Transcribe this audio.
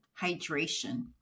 hydration